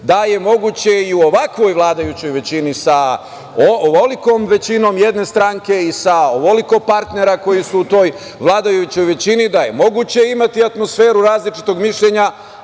da je moguće i u ovakvoj vladajućoj većini, sa ovolikom većinom jedne stranke i sa ovoliko partnera koji su u toj vladajućoj većini, da je moguće imati atmosferu različitog mišljenja,